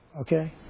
okay